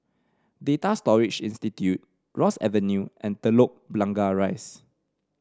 Data Storage Institute Ross Avenue and Telok Blangah Rise